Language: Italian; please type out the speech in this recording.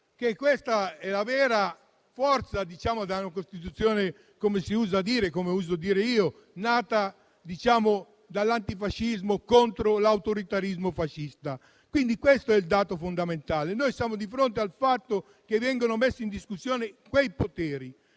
Questa è la vera forza della Costituzione nata - come si usa dire - dall'antifascismo contro l'autoritarismo fascista. Questo è il dato fondamentale. Noi siamo di fronte al fatto che quei poteri vengono messi in discussione, con il